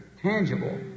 Tangible